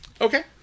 Okay